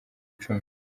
icumi